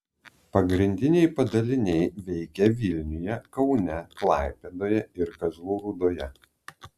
pagrindiniai padaliniai veikia vilniuje kaune klaipėdoje ir kazlų rūdoje